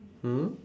mm